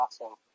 awesome